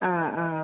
അ അ